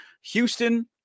Houston